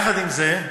1. יחד עם זה,